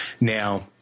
Now